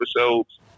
episodes